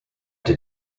did